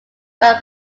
word